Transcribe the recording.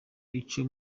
ico